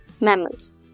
mammals